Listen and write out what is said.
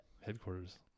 headquarters